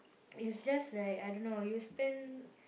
it's just like I don't know you spend